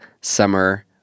summer